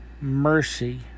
mercy